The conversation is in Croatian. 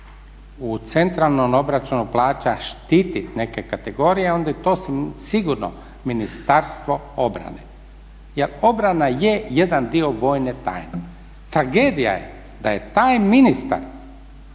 u centralnom obračunu plaća štiti neke kategorije onda je to sigurno Ministarstvo obrane. Jer obrana je jedan dio vojne tajne. Tragedija je da je taj ministar